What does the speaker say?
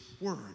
word